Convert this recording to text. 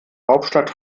hauptstadt